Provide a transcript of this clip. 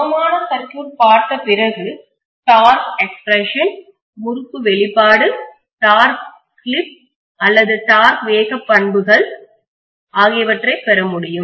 சமமான சர்க்யூட் பார்த்த பிறகு டார்க் எக்ஸ்பிரஷன் முறுக்கு வெளிப்பாடு டார்க் ஸ்லிப் அல்லது டார்க் வேக பண்புகள் ஆகியவற்றைப் பெற முடியும்